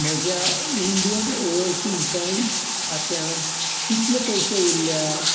म्हज्या Indian overseas bank खात्यांत कितले पयशे उरल्या